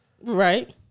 Right